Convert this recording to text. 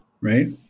right